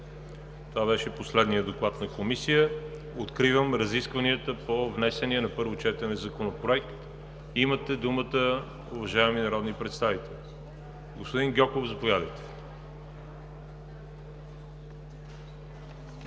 Това беше последният доклад на комисия. Откривам разискванията по внесения на първо четене Законопроект. Имате думата, уважаеми народни представители. Господин Гьоков, заповядайте.